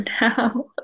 now